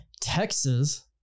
Texas